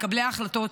מקבלי ההחלטות,